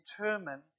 determine